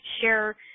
share